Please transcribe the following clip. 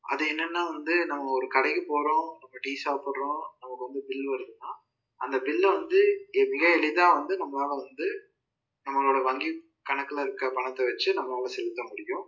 அது என்னென்னா வந்து நம்ம ஒரு கடைக்கு போகிறோம் அப்போ டீ சாப்பிட்றோம் நமக்கு வந்து பில் வருதுன்னால் அந்த பில்லை வந்து ஏ மிக எளிதாக வந்து நம்மளால் வந்து நம்மளோட வங்கி கணக்கில் இருக்க பணத்தை வெச்சு நம்மளால் செலுத்த முடியும்